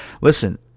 Listen